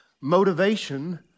motivation